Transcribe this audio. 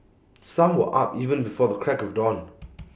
some were up even before the crack of dawn